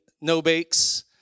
no-bakes